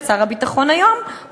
את שר הביטחון היום,